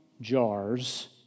jars